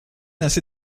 assez